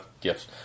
gifts